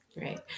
Right